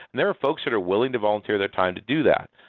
there are folks that are willing to volunteer their time to do that.